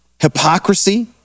hypocrisy